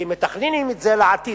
כי מתכננים את זה לעתיד,